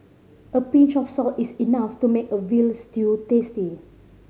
a pinch of salt is enough to make a veal stew tasty